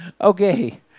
Okay